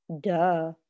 Duh